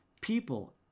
people